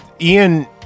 Ian